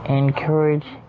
encourage